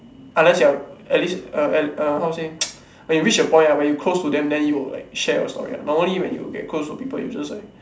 unless you are at least err how to say when you reach a point ah when you close to them then you will like share your story ah normally when you get close to people you just like